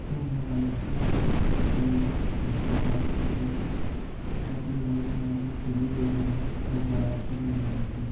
हून में गल्ल करना फेसबुक इंस्टाग्राम ते टवीटर में अपनी गल्ल सनां ते में तिनों यूज करना में बड़ा ऐक्टिव आं इ'नें चीजें च